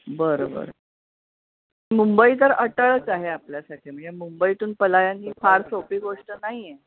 बरं बरं मुंबई तर अटळच आहे आपल्यासाठी मग या मुंबईतून पलायन ही फार सोपी गोष्ट नाही आहे